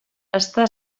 està